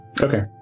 okay